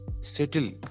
Settle